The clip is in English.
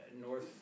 North